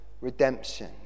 Redemption